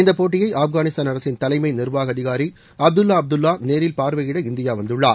இந்தப்போட்டியை ஆப்கானிஸ்தான் அரசின் தலைமை நிர்வாக அதிகாரி அப்துல்லா அப்துல்லா நேரில் பார்வையிட இந்தியா வந்துள்ளார்